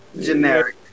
generic